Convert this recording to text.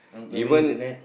even